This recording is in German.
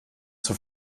zur